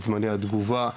את זמני התגובה,